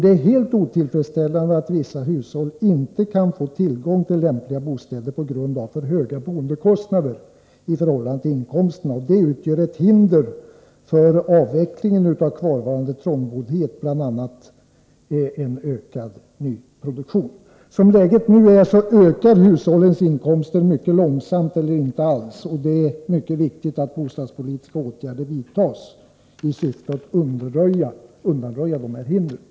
Det är helt otillfredsställande att vissa hushåll inte kan få tillgång till lämpliga bostäder på grund av alltför höga boendekostnader i förhållande till inkomsterna. Detta utgör ett hinder för avvecklingen av kvarvarande trångboddhet, bl.a. genom en ökad nyproduktion. Som läget nu är, ökar hushållens inkomster mycket långsamt eller inte alls, och det är därför mycket viktigt att bostadspolitiska åtgärder vidtas i syfte att undanröja dessa hinder.